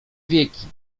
wieki